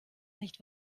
nicht